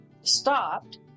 stopped